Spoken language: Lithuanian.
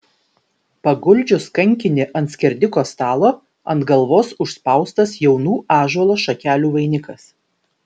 paguldžius kankinį ant skerdiko stalo ant galvos užspaustas jaunų ąžuolo šakelių vainikas